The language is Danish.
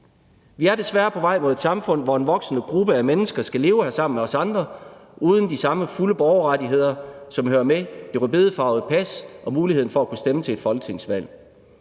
Vi er desværre på vej mod et samfund, hvor en voksende gruppe af mennesker skal leve her sammen med os andre uden de samme fulde borgerrettigheder, som jo hører med det rødbedefarvede pas og muligheden for at kunne stemme til et folketingsvalg.